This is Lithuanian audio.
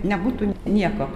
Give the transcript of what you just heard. nebūtų nieko